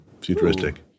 futuristic